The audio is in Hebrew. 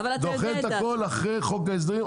דוחה את הכל אחרי חוק ההסדרים,